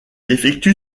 effectue